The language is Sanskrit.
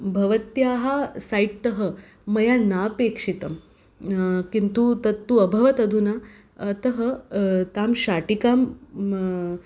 भवत्याः सैट्तः मया नापेक्षितं किन्तु तत्तु अभवत् अधुना अतः तां शाटिकां म